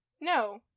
No